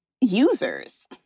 users